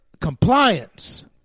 compliance